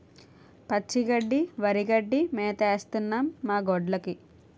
పచ్చి గడ్డి వరిగడ్డి మేతేస్తన్నం మాగొడ్డ్లుకి